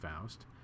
Faust